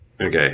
Okay